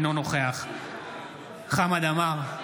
אינו נוכח חמד עמאר,